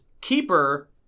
Keeper